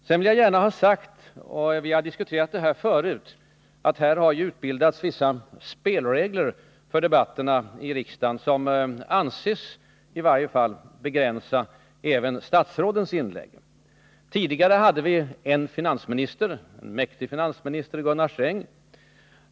Sedan vill jag gärna ha sagt — och vi har diskuterat det förut — att det har utbildats vissa spelregler för debatterna i riksdagen som anses, i varje fall, begränsa även statsrådens inlägg. Tidigare hade vi en finansminister — en mäktig finansminister! — i Gunnar Sträng.